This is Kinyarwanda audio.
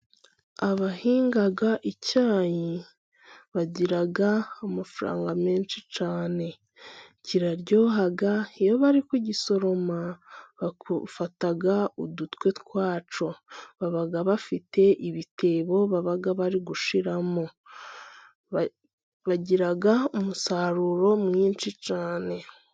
Abahinga icyayi bagira amafaranga menshi cyane kiraryoha. Iyo bari kugisoroma bafata udutwe twacyo baba bafite ibitebo baba bari gushiramo, bagira umusaruro mwinshi cyane.